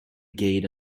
gate